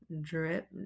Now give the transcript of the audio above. drip